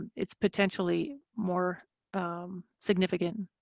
it's potentially more significant.